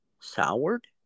soured